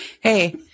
Hey